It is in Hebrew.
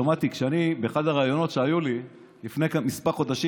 באחד הראיונות שהיו לי לפני כמה חודשים